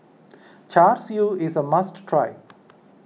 Char Siu is a must try